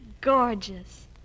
Gorgeous